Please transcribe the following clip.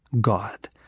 God